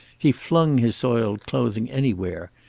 he flung his soiled clothing anywhere.